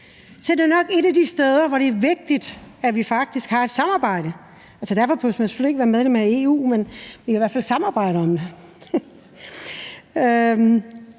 Så det er nok et af de steder, hvor det er vigtigt, at vi faktisk har et samarbejde; det behøver man selvfølgelig ikke være medlem af EU for, men vi kan i hvert fald samarbejde om det.